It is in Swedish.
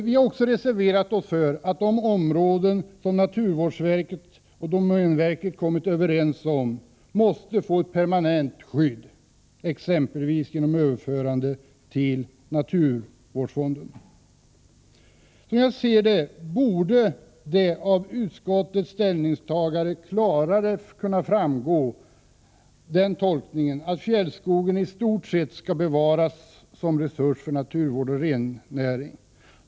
Vi har också reserverat oss för att de områden som naturvårdsverket och domänverket kommit överens om att skydda måste få permanent skydd, exempelvis genom att de överförs till naturvårdsfonden. Som jag ser det borde utskottets ställningstagande kunna tolkas så att fjällskogen i stort sett skall bevaras som resurs för naturvård och rennäring.